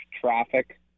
traffic